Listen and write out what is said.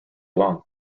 long